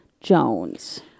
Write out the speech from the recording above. Jones